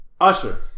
Usher